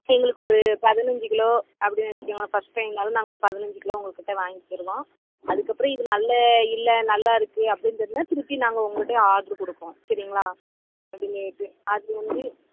எங்களுக்கு ஒரு பதினைஞ்சு கிலோ அப்படின்னு வச்சுக்கோங்களே ஃபஸ்ட் டைம்னால் நாங்கள் ஒரு பதினைஞ்சு கிலோ உங்கள் கிட்டே வாங்கிக்கிடுவோம் அதுக்கப்புறம் இது நல்ல இல்லை நல்லா இருக்குது அப்படின்னு இருந்தால் திருப்பி நாங்கள் உங்கள் கிட்டேயே ஆர்ட்ரு கொடுப்போம் சரிங்களா நீங்கள் எப்படி அது வந்து